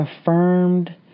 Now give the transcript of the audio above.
affirmed